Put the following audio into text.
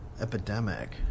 epidemic